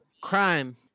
Crime